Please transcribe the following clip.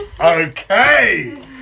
Okay